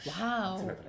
Wow